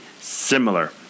similar